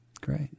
Great